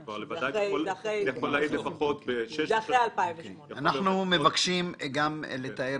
זה אחרי 2008. אנחנו מבקשים לתאר